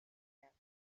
asked